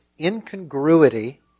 incongruity